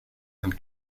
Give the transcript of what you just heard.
and